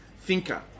thinker